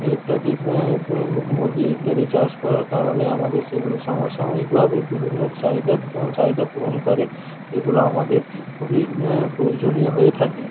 ইত্যাদি মুরগী ইত্যাদি চাষ করার কারণে আমাদের সেগুলো সমসাময়িকভাবে বিভিন্ন চাহিদার চাহিদা পূরণ করে যেগুলো আমাদের খুবই প্রয়োজনীয় হয়ে থাকে